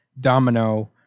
Domino